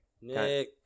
Nick